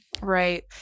Right